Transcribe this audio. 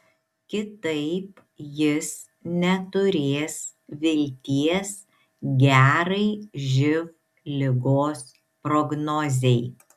kitaip jis neturės vilties gerai živ ligos prognozei